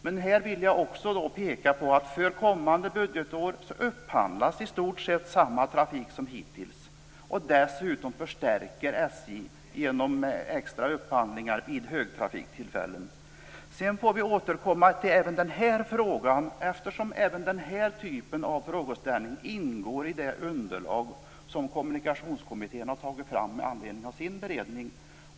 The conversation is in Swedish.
Jag vill peka på att för kommande budgetår upphandlas i stort sett samma trafik som hittills. Dessutom förstärker SJ det hela genom extra upphandlingar vid högtrafiktillfällen. Vi får återkomma även till den här frågan, eftersom denna typ av frågeställning också ingår i det underlag som Kommunikationskommittén har tagit fram med anledning av sin beredning.